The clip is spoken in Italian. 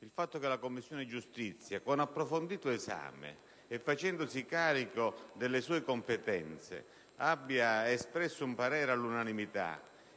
Il fatto che le Commissione giustizia, con approfondito esame e facendosi carico delle proprie competenze, abbia espresso un parere unanime